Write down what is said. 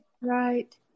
right